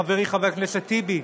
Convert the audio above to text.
חברי חבר הכנסת טיבי,